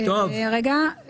רגע.